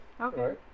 Okay